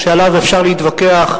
שעליו אפשר להתווכח,